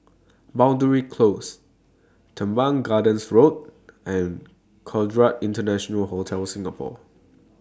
Boundary Close Teban Gardens Road and Conrad International Hotel Singapore